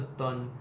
done